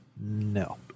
no